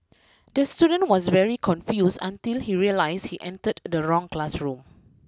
the student was very confused until he realised he entered the wrong classroom